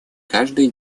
каждый